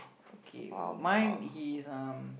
okay mine he's um